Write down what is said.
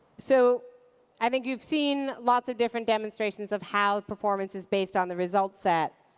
so i think you've seen lots of different demonstrations of how the performance is based on the result set.